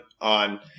on